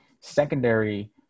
secondary